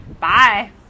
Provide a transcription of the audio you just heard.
Bye